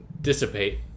dissipate